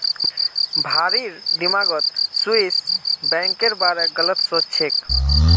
भारिर दिमागत स्विस बैंकेर बारे गलत सोच छेक